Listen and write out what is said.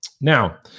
Now